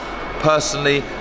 Personally